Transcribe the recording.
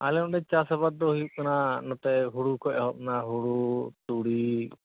ᱟᱞᱮ ᱚᱸᱰᱮ ᱪᱟᱥ ᱟᱵᱟᱫᱽ ᱫᱚ ᱦᱩᱭᱩᱜ ᱠᱟᱱᱟ ᱱᱚᱛᱮ ᱦᱩᱲᱩ ᱠᱷᱚᱱ ᱮᱦᱚᱵ ᱮᱱᱟ ᱦᱩᱲᱩ ᱛᱩᱲᱤ